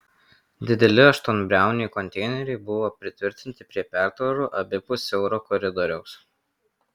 dideli aštuonbriauniai konteineriai buvo pritvirtinti prie pertvarų abipus siauro koridoriaus